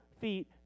feet